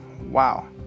Wow